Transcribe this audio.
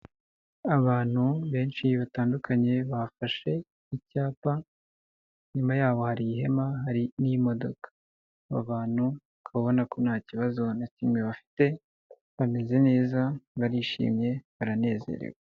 Abantu benshi batandukanye bafashe icyapa, inyuma yaho hari ihema, hari n'imodoka. Aba abantu ukaba ubona ko nta kibazo na kimwe bafite, bameze neza, barishimye, baranezerewe.